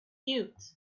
cute